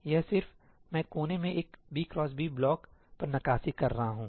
यह सिर्फ मैं कोने में एक b x b ब्लॉक पर नक्काशी कर रहा हूं